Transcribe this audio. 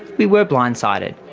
we were blindsided.